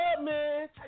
man